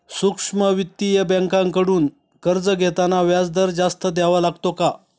सूक्ष्म वित्तीय बँकांकडून कर्ज घेताना व्याजदर जास्त द्यावा लागतो का?